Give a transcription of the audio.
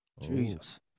Jesus